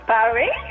Barry